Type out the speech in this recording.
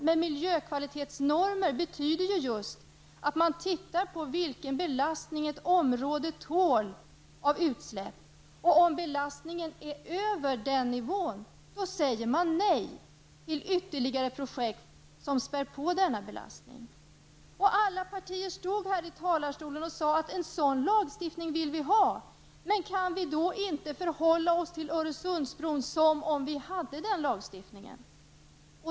Men miljökvalitetsnormer betyder just att man tittar på vilken belastning i fråga om utsläpp som ett område tål. Och om belastningen ligger över den nivån säger man nej till ytterligare projekt som späder på denna belastning. Och alla partiers företrädare stod här i talarstolen och sade att de ville ha en sådan lagstiftning. Men kan vi då inte förhålla oss till Öresundsbron som om vi hade denna lagstiftning?